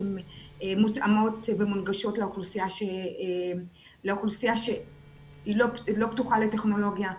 שהן מותאמות ומונגשות לאוכלוסייה שהיא לא פתוחה לטכנולוגיה.